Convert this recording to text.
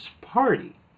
party